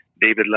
david